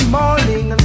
morning